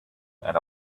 and